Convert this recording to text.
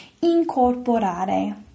incorporare